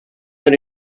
her